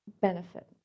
benefit